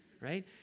right